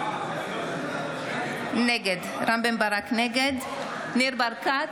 נגד ניר ברקת,